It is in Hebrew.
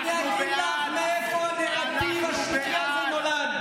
אני אגיד לך מאיפה הנרטיב השקרי הזה נולד.